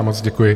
Moc děkuji.